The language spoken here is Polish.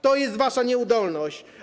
To jest wasza nieudolność.